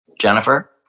Jennifer